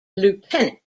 lieutenant